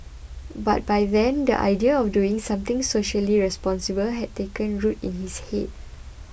but by then the idea of doing something socially responsible had taken root in his head